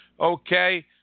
okay